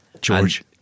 George